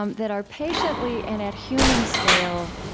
um that are patiently, and at human scale,